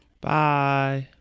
bye